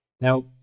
Now